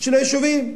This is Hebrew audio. של היישובים,